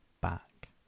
back